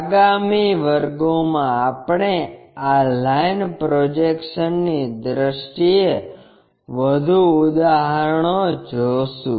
આગામી વર્ગોમાં આપણે આ લાઈન પ્રોજેકશન ની દ્રષ્ટિએ વધુ ઉદાહરણો જોશું